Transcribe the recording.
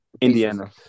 Indiana